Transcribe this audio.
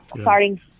Starting